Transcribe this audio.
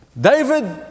David